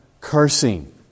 cursing